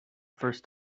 first